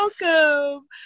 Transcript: welcome